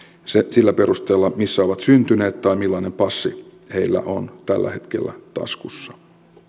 sillä perusteella missä ovat syntyneet tai millainen passi heillä on tällä hetkellä taskussaan